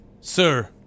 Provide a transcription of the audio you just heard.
Sir